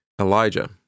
Elijah